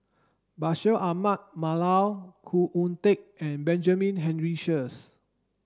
Bashir Ahmad Mallal Khoo Oon Teik and Benjamin Henry Sheares